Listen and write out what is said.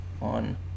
on